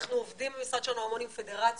אנחנו עובדים במשרד שלנו המון עם הפדרציות,